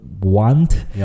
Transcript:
want